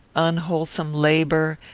unwholesome labour,